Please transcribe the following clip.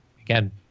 again